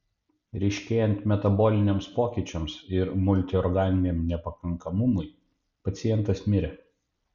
ryškėjant metaboliniams pokyčiams ir multiorganiniam nepakankamumui pacientas mirė